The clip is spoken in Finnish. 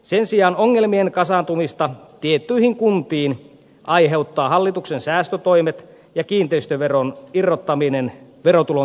sen sijaan ongelmien kasaantumista tiettyihin kuntiin aiheuttavat hallituksen säästötoimet ja kiinteistöveron irrottaminen verotulon tasausjärjestelmästä